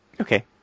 Okay